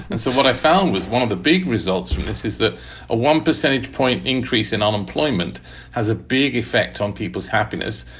and so what i found was one of the big results from this is that a one percentage point increase in unemployment has a big effect on people's happiness.